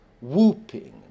whooping